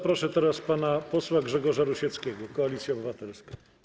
Proszę teraz pana posła Grzegorza Rusieckiego, Koalicja Obywatelska.